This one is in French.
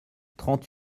trente